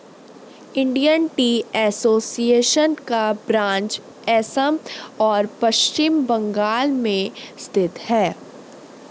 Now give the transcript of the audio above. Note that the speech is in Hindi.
इंडियन टी एसोसिएशन का ब्रांच असम और पश्चिम बंगाल में स्थित है